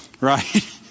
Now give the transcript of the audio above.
right